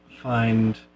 find